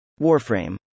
Warframe